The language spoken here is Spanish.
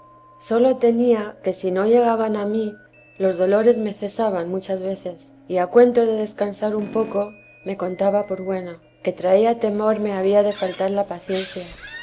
sólo tenía que si no l'egaban a mí los dol me cesaban muchas veces y a cuento de descansar un poco me contaba por buena que traía temor me había de faltar la paciencia